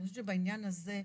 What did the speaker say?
אני חושבת שבעניין הזה,